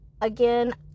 again